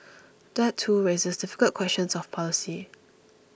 that too raises difficult questions of policy